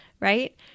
right